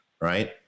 right